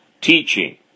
teaching